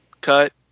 cut